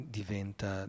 diventa